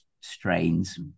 strains